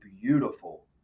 beautiful